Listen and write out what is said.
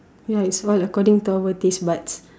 ya is what according to our taste buds